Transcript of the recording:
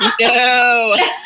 No